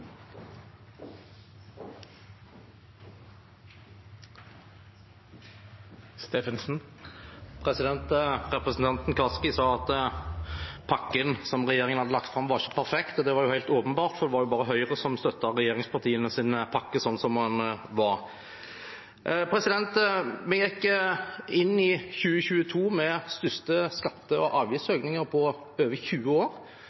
Representanten Kaski sa at pakken som regjeringen har lagt fram, ikke var perfekt, og det var helt åpenbart, for var bare Høyre som støttet regjeringspartienes pakke som den var. Vi gikk inn i 2022 med de største skatte- og avgiftsøkningene på over 20 år.